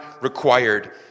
required